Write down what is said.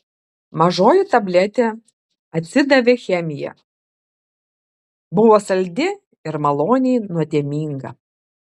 mažoji tabletė atsidavė chemija buvo saldi ir maloniai nuodėminga